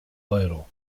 euro